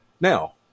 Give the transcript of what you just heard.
Now